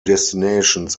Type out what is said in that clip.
destinations